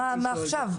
מה עכשיו?